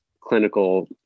Clinical